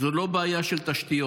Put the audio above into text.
הן לא בעיה של תשתיות,